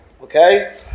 okay